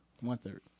One-third